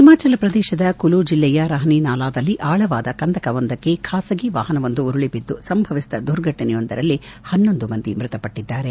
ಹಿಮಾಚಲ ಪ್ರದೇಶದ ಕುಲು ಜಿಲ್ಲೆಯ ರಾಹಿನಿ ನಾಲಾದಲ್ಲಿ ಆಳವಾದ ಕಂದಕವೊಂದಕ್ಕೆ ಖಾಸಗಿ ವಾಹನವೊಂದು ಉರುಳಿ ಬಿದ್ದು ಸಂಭವಿಸಿದ ದುರ್ಘಟನೆಯೊಂದರಲ್ಲಿ ಹನ್ನೊಂದು ಮಂದಿ ಮೃತಪಟ್ಟದ್ದಾರೆ